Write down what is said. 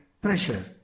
Pressure